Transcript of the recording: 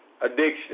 addiction